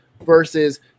versus